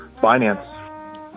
Finance